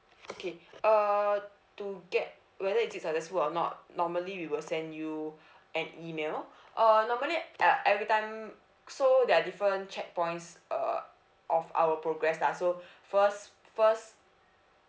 okay err to get whether it is successful or not normally we will send you an email uh normally e~ every time so there are different checkpoints uh of our progress lah so first first